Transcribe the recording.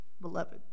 beloved